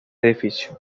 edificios